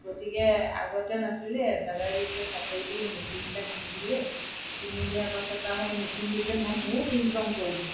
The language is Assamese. গতিকে আগতে নাছিলে দাদাই যেতিয়া চাকৰি কৰিলে মেচিন এটা কিনি দিলে কিনি দিয়াৰ পাছত তাৰ সেই মেচিনটোতে মই বহুত ইনকম কৰিলোঁ